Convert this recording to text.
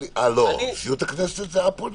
נשיאות הכנסת זה א-פוליטי.